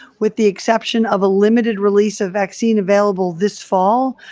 with the exception of a limited release of vaccine available this fall,